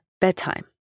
bedtime